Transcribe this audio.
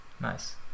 Nice